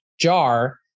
jar